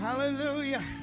Hallelujah